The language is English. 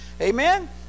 Amen